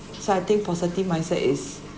yeah